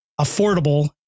affordable